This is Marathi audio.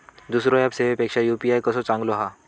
दुसरो ऍप सेवेपेक्षा यू.पी.आय कसो चांगलो हा?